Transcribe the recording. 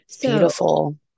Beautiful